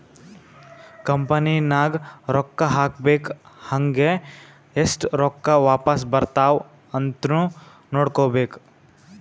company ನಾಗ್ ರೊಕ್ಕಾ ಹಾಕ್ಬೇಕ್ ಹಂಗೇ ಎಸ್ಟ್ ರೊಕ್ಕಾ ವಾಪಾಸ್ ಬರ್ತಾವ್ ಅಂತ್ನು ನೋಡ್ಕೋಬೇಕ್